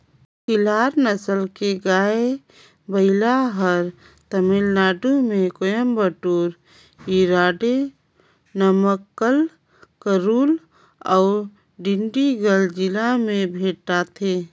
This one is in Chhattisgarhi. खिल्लार नसल के गाय, बइला हर तमिलनाडु में कोयम्बटूर, इरोडे, नमक्कल, करूल अउ डिंडिगल जिला में भेंटाथे